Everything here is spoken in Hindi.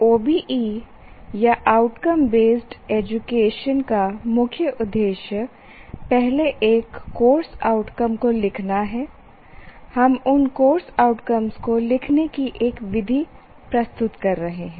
OBE या आउटकम बेस्ड एजुकेशन का मुख्य उद्देश्य पहले एक कोर्स आउटकम को लिखना है हम उन कोर्स आउटकम्स को लिखने की एक विधि प्रस्तुत कर रहे हैं